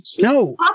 No